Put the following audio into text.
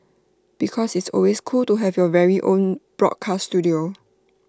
because it's always cool to have your very own broadcast Studio